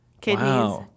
Kidneys